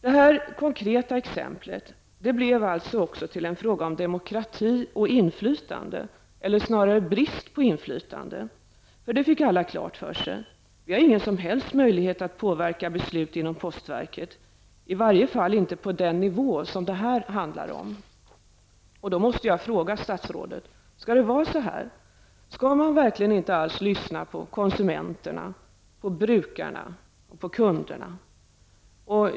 Det här konkreta exemplet blev också till en fråga om demokrati och inflytande, eller snarare brist på inflytande. För det fick alla klart för sig: Vi har ingen som helst möjlighet att påverka beslut inom postverket -- i varje fall inte på den nivå som det här handlar om. Jag måste fråga statsrådet: Skall det vara så? Skall man verkligen inte alls lyssna på konsumenterna, på brukarna och på kunderna?